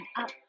up